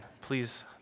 Please